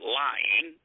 lying